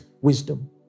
wisdom